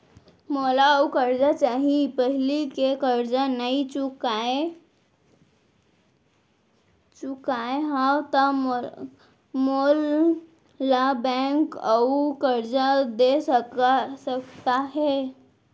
मोला अऊ करजा चाही पहिली के करजा नई चुकोय हव त मोल ला बैंक अऊ करजा दे सकता हे?